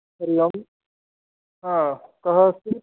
हरि ओम् ह कः अस्ति